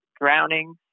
drowning